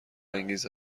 انگیز